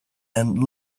and